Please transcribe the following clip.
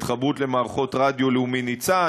התחברות למערכות רדיו לאומי "ניצן",